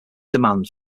demand